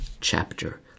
chapter